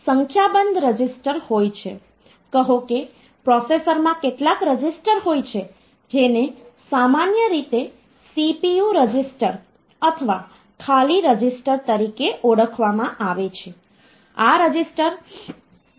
ખરા અર્થમાં તેઓ અમુક ડેટા એલિમેન્ટ પર ગણતરી કરે છે જે ઇનપુટ તરીકે લેવામાં આવે છે અને તે ડેટા એલિમેન્ટને સિસ્ટમની અંદર અમુક રીતે રજૂ કરવામાં આવે છે અને પછી તેના પર પ્રક્રિયા કરવામાં આવે છે અને આખરે તે પરિસ્થિતિ માં આઉટપુટ આપે છે